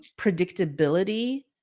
predictability